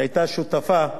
שהיתה שותפה,